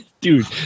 Dude